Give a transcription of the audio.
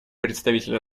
представителя